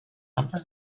number